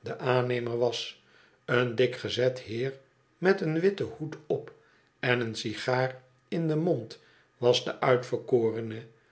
de aannemer was een dik gezet heer met een witten hoed op en een sigaar in den mond was de uitverkorene